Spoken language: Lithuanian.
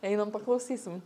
einam paklausysim